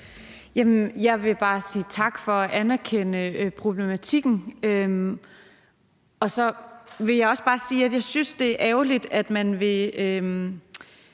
Jeg vil bare sige tak for at anerkende problematikken, og så vil jeg også bare sige, at jeg synes, det er ærgerligt, at man vil